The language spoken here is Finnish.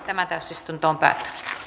tämä täysistuntoon päättyi